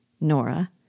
Nora